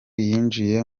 yinjiye